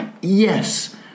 Yes